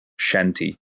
Shanti